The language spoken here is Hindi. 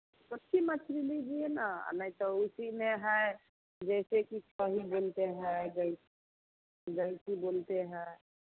छोटकी मछली लीजिए ना नहीं तो उसी में है जैसे कि छही बोलते हैं गै गैची बोलते हैं